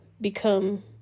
become